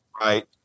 Right